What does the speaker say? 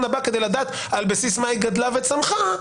הבא כדי לדעת על בסיס מה היא גדלה וצמחה,